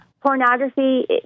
Pornography